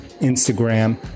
Instagram